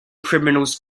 criminals